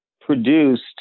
produced